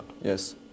Yes